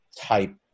type